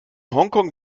hongkong